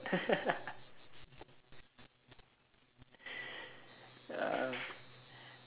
ya